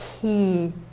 key